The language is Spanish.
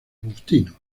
agustinos